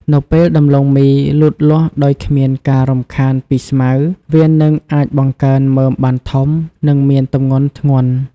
នៅពេលដំឡូងមីលូតលាស់ដោយគ្មានការរំខានពីស្មៅ វានឹងអាចបង្កើនមើមបានធំ និងមានទម្ងន់ធ្ងន់។